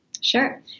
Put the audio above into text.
Sure